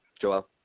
Joel